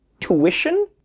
tuition